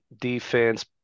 defense